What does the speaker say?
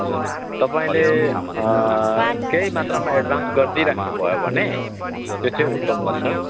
हजुर तपाईँले केही मात्रामा एड्भान्स गरिदिइराख्नुभयो भने त्यो चाहिँ उत्तम हुन्छ